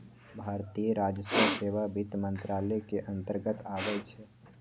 भारतीय राजस्व सेवा वित्त मंत्रालय के अंतर्गत आबइ छै